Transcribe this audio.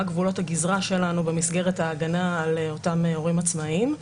מהם גבולות הגזרה שלנו במסגרת ההגנה על אותם הורים עצמאיים.